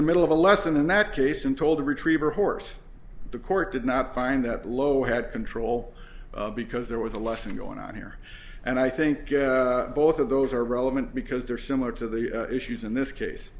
the middle of a lesson in that case and told to retrieve her horse the court did not find that lho had control because there was a lesson going on here and i think both of those are relevant because they're similar to the issues in this case